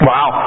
Wow